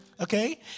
okay